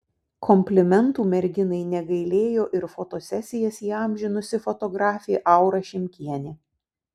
komplimentų merginai negailėjo ir fotosesijas įamžinusi fotografė aura šimkienė